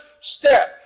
step